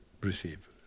receive